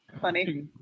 funny